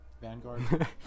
Vanguard